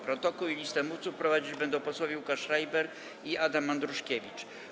Protokół i listę mówców prowadzić będą posłowie Łukasz Schreiber i Adam Andruszkiewicz.